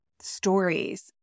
stories